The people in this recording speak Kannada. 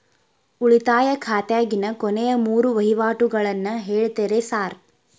ಉಳಿತಾಯ ಖಾತ್ಯಾಗಿನ ಕೊನೆಯ ಮೂರು ವಹಿವಾಟುಗಳನ್ನ ಹೇಳ್ತೇರ ಸಾರ್?